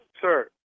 sir